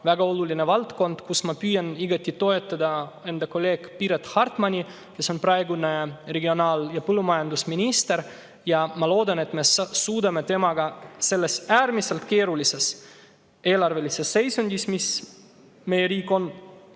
väga oluline valdkond. Ma püüan igati toetada enda kolleegi Piret Hartmanit, kes on praegune regionaal- ja põllumajandusminister, ja ma loodan, et me suudame temaga selles äärmiselt keerulises eelarvelises seisus, milles meie riik on,